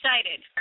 excited